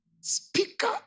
speaker